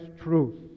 truth